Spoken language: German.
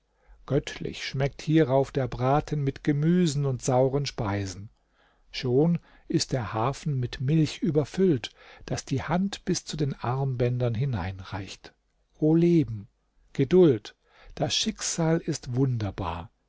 göttlich schmeckt hierauf der braten mit gemüsen und sauren speisen schon ist der hafen mit milch überfüllt daß die hand bis zu den armbändern hineinreicht o leben geduld das schicksal ist wunderbar